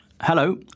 Hello